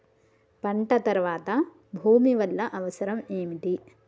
పంట తర్వాత భూమి వల్ల అవసరం ఏమిటి?